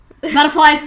Butterfly